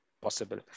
possible